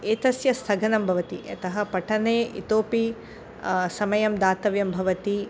एतस्य स्थगनं भवति यतः पठने इतोऽपि समयः दातव्यः भवति